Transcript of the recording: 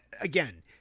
again